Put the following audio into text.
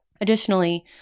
Additionally